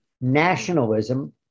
nationalism